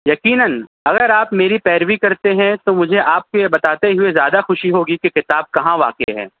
یقیناً اگر آپ میری پیروی کرتے ہیں تو مجھے آپ کو یہ بتاتے ہوئے زیادہ خوشی ہوگی کہ کتاب کہاں واقع ہے